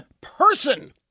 person